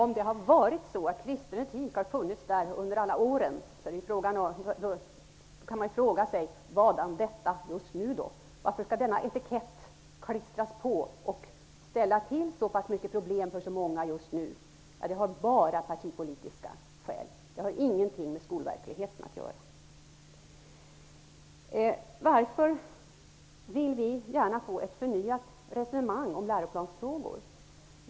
Fru talman! Om kristen etik har funnits med under alla år kan man fråga sig varför det skall skrivas in i lärplanen just nu. Varför skall denna etikett klistras på och ställa till så pass många problem för så många just nu? Det är bara av partipolitiska skäl. Det har ingenting med skolverkligheten att göra. Varför vill vi gärna få ett förnyat resonemang om läroplansfrågor?